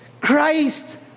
Christ